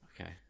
Okay